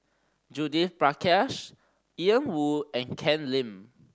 Judith Prakash Ian Woo and Ken Lim